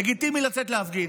לגיטימי לצאת להפגין.